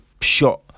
shot